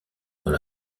dans